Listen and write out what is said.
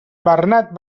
bernat